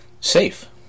safe